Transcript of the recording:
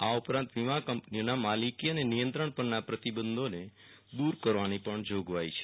આ ઉપરાંત વીમા કંપનીઓના માલિકી ૈ ને નિયંત્રણ પરના પ્રતિબંધોને દ્વર કરવાની પણ જોગવાઈ છે